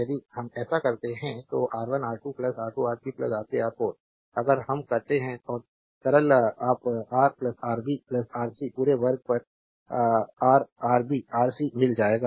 यदि हम ऐसा करते हैं तो R1R2 R2R3 R3R1 अगर हम करते हैं और सरल आप रा आरबी आर सी पूरे वर्ग पर रा आरबी आर सी मिल जाएगा